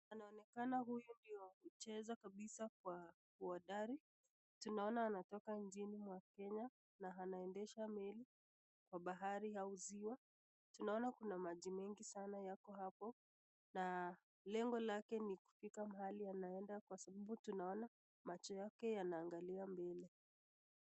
Anaonekana huyu ndio kucheza kabisa kwa uhodari, tunaona anatoka nchini mwa Kenya na anaendesha meli kwa bahari au ziwa, tunaona kuna maji mengi sana yako hapo na lengo lake ni kufika mahali anaenda kwa sababu tunaona macho yake yanaangalia mbele.